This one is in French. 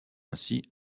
ainsi